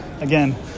again